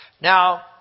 now